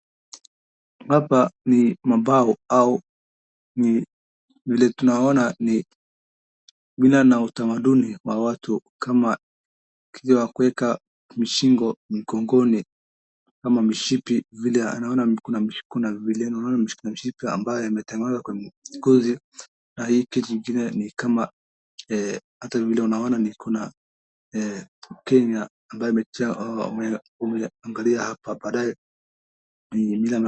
Hapa ni mabao au vile tunaona ni mila na utamaduni wa watu, kama ikija kwa kuweka mishingo mgongoni ama mishipi vile anaona kuna mishipi ambaye imetengenezwa kwa ngozi na hiki kingine ni kama hata vile unaona ni kenya ambaye ameangalia hapa baadae.